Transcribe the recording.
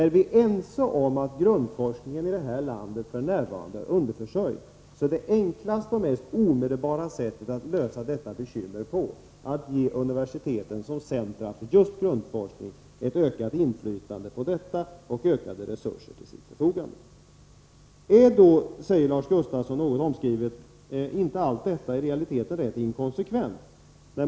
Är vi ense om att grundforskningen i det här landet f. n. är underförsörjd så är det enklaste och mest omedelbara sättet att lösa detta bekymmer att ge universiteten, som centra för just grundforskningen, ett ökat inflytande över denna och ökade resurser till sitt förfogande. Är då, säger Lars Gustafsson något omskrivet, inte allt detta i realiteten rätt inkonsekvent?